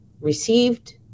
received